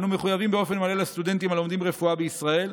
אנו מחויבים באופן מלא לסטודנטים הלומדים רפואה בישראל.